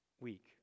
week